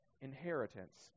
inheritance